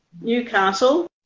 Newcastle